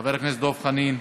חבר הכנסת דב חנין.